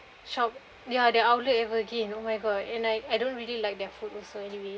shop ya the outlet ever again oh my god and I don't really their food also anyway